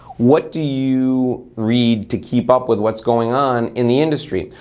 what do you read to keep up with what's going on in the industry?